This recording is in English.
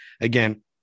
again